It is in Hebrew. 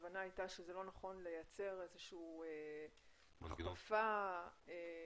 ההבנה הייתה שזה לא נכון לייצר איזושהי הכפפה בחוק,